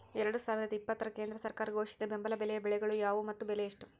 ಎರಡು ಸಾವಿರದ ಇಪ್ಪತ್ತರ ಕೇಂದ್ರ ಸರ್ಕಾರ ಘೋಷಿಸಿದ ಬೆಂಬಲ ಬೆಲೆಯ ಬೆಳೆಗಳು ಯಾವುವು ಮತ್ತು ಬೆಲೆ ಎಷ್ಟು?